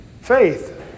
Faith